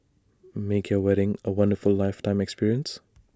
make your wedding A wonderful lifetime experience